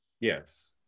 Yes